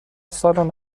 سالن